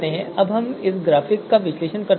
अब हम इस ग्राफिक का विश्लेषण कर सकते हैं